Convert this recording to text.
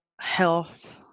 health